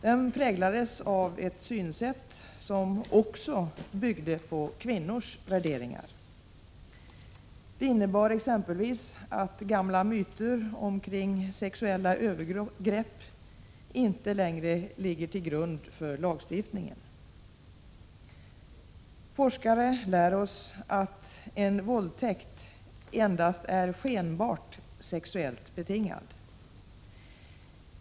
Den präglades av ett synsätt som också byggde på kvinnors värderingar. Det innebar exempelvis att gamla myter omkring sexuella övergrepp inte längre ligger till grund för lagstiftningen. Forskare lär oss att en våldtäkt endast är skenbart sexuellt betingad.